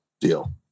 Deal